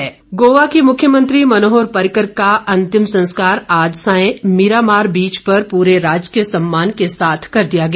पर्रिकर गोवा के मुख्यमंत्री मनोहर पर्रिकर का अंतिम संस्कार आज सांय मीरामार बीच पर पूरे राजकीय सम्मान के साथ कर दिया गया